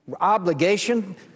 obligation